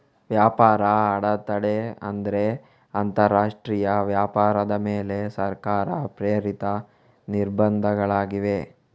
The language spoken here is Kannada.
ವ್ಯಾಪಾರ ಅಡೆತಡೆ ಅಂದ್ರೆ ಅಂತರರಾಷ್ಟ್ರೀಯ ವ್ಯಾಪಾರದ ಮೇಲೆ ಸರ್ಕಾರ ಪ್ರೇರಿತ ನಿರ್ಬಂಧಗಳಾಗಿವೆ